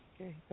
Okay